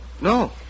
No